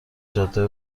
جاده